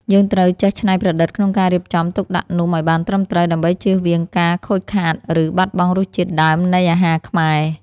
យើងត្រូវចេះច្នៃប្រឌិតក្នុងការរៀបចំទុកដាក់នំឱ្យបានត្រឹមត្រូវដើម្បីជៀសវាងការខូចខាត ឬ បាត់បង់រសជាតិដើមនៃអាហារខ្មែរ។